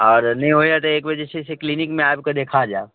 आओर नहि होइए तऽ एक बेर जे छै से क्लीनिकमे आबिके देखा जायब